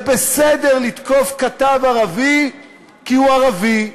זה בסדר לתקוף כתב ערבי כי הוא ערבי,